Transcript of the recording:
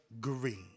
Green